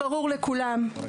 לתוך כל זה הצניחו את עומרית.